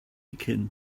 began